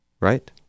right